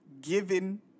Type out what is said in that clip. given